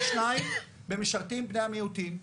פי שניים במשרתים בני המיעוטים,